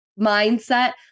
mindset